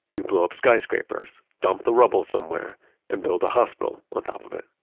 we blow up skyscrapers, dump the rubble somewhere and build a hospital on top of it.